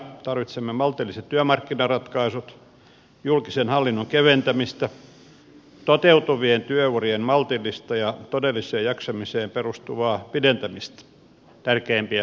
tarvitsemme maltilliset työmarkkinaratkaisut julkisen hallinnon keventämistä toteutuvien työurien maltillista ja todelliseen jaksamiseen perustuvaa pidentämistä tärkeimpiä mainitakseni